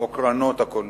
קְרָנות.